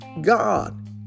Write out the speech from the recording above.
God